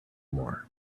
more